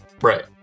Right